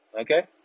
Okay